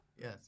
yes